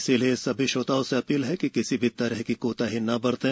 इसलिए सभी श्रोताओं से अपील है कि किसी भी तरह की कोताही न बरतें